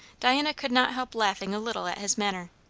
diana could not help laughing a little at his manner.